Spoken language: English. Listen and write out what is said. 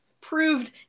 proved